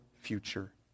future